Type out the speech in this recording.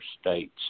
states